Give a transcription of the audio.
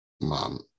Mom